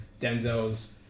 Denzel's